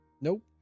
Nope